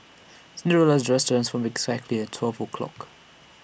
Cinderella's dress transformed exactly at twelve o'clock